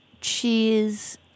cheese